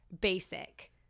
basic